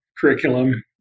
curriculum